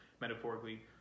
metaphorically